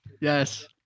Yes